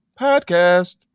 podcast